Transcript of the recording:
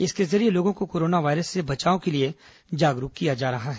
इसके जरिये लोगों को कोरोना वायरस से बचाव के लिए जागरूक किया जा रहा है